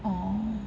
orh